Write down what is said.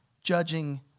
judging